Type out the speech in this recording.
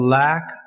lack